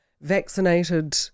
vaccinated